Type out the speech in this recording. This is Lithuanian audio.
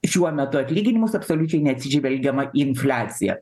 šiuo metu atlyginimus absoliučiai neatsižvelgiama į infliaciją